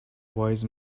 wise